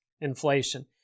inflation